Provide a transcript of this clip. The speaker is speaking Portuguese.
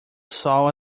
sol